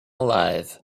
alive